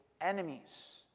enemies